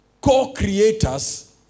co-creators